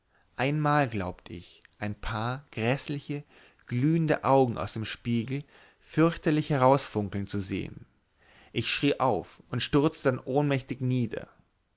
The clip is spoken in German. einmal glaubt ich ein paar gräßliche glühende augen aus dem spiegel fürchterlich herausfunkeln zu sehen ich schrie auf und stürzte dann ohnmächtig nieder